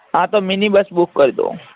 હા તો mini bus book કરી દો